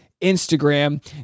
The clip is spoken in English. Instagram